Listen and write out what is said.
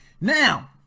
Now